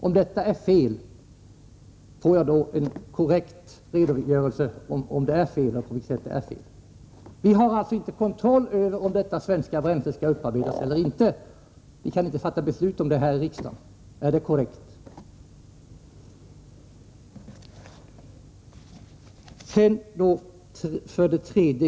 Om detta är fel vill jag ha en redogörelse för på vad sätt det är fel. Vi har inte kontroll över om detta svenska bränsle skall upparbetas eller inte, vi kan inte fatta beslut om det i riksdagen — är det korrekt uppfattat?